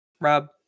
Rob